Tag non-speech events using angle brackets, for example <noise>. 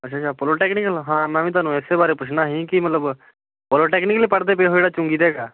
ਅੱਛਾ ਅੱਛਾ ਪੋਲੋਟੈਕਨੀਕਲ ਹਾਂ ਮੈਂ ਵੀ ਤੁਹਾਨੂੰ ਇਸੇ ਬਾਰੇ ਪੁੱਛਣਾ ਸੀ ਕਿ ਮਤਲਬ ਪੋਲੋਟੈਕਨੀਕਲ ਹੀ ਪੜ੍ਹਦੇ ਪਏ <unintelligible> ਤਾਂ ਹੈਗਾ